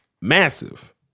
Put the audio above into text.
massive